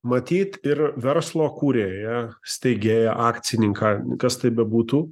matyt ir verslo kūrėją steigėją akcininką kas tai bebūtų